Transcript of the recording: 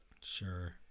Sure